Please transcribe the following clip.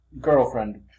girlfriend